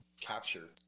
capture